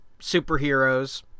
superheroes